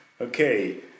Okay